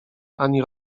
ani